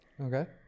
Okay